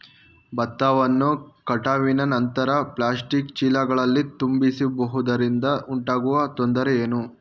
ಭತ್ತವನ್ನು ಕಟಾವಿನ ನಂತರ ಪ್ಲಾಸ್ಟಿಕ್ ಚೀಲಗಳಲ್ಲಿ ತುಂಬಿಸಿಡುವುದರಿಂದ ಉಂಟಾಗುವ ತೊಂದರೆ ಏನು?